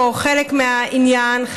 חלק מהעניין פה,